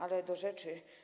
Ale do rzeczy.